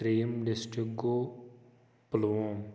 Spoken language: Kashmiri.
ترٛیٚیِم ڈِسٹِرٛک گوٚو پُلووم